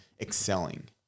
excelling